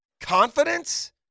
confidence